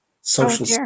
social